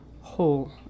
whole